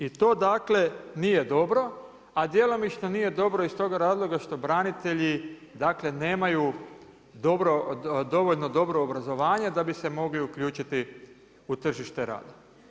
I to dakle nije dobro, a djelomično nije dobro iz tog razloga što branitelji nemaju dovoljno dobro obrazovanje da bi se mogli uključiti u tržište rada.